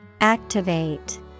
Activate